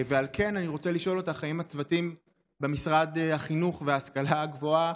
על כן אני רוצה לשאול אותך אם הצוותים במשרד החינוך וההשכלה הגבוהה